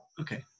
Okay